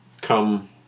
come